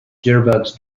jitterbugs